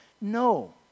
No